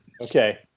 Okay